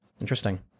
Interesting